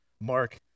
mark